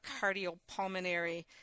cardiopulmonary